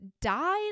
died